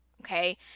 okay